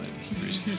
Hebrews